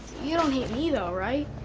you don't hate me, though, right?